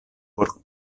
por